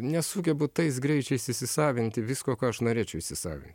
nesugebu tais greičiais įsisavinti visko ką aš norėčiau įsisavinti